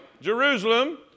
Jerusalem